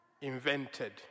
invented